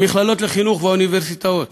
המכללות לחינוך והאוניברסיטאות